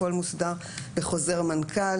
הכול מוסדר בחוזר מנכ"ל.